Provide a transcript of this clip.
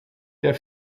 der